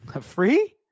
free